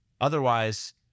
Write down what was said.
Otherwise